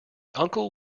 uncle